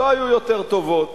לא היתה יותר טובה.